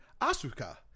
Asuka